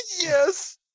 Yes